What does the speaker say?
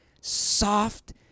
soft